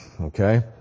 okay